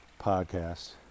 podcast